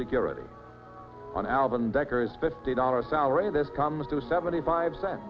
security on album decker's fifty dollars salary this comes to seventy five cents